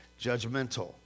judgmental